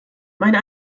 meine